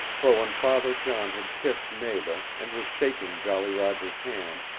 for when father john had kissed nada, and was shaking jolly roger's hand,